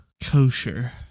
kosher